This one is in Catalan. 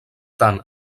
tant